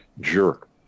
jerk